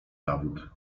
zawód